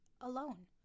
alone